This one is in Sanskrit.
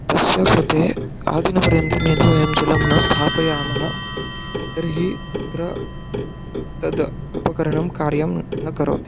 तस्य कृते आदिनपर्यन्तं यदि वयं जलं न स्थापयामः तर्हि तत्र तद् उपकरणं कार्यं न करोति